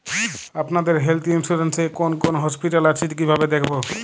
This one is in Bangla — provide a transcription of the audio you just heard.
আপনাদের হেল্থ ইন্সুরেন্স এ কোন কোন হসপিটাল আছে কিভাবে দেখবো?